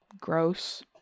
gross